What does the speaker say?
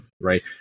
right